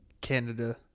Canada